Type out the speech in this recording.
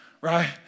right